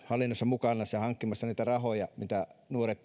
hallinnossa mukana hankkimassa niitä rahoja mitä nuoret